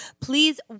Please